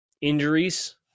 injuries